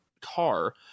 car